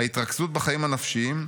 ההתרכזות בחיים הנפשיים,